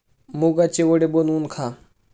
मुगाचे वडे बनवून खा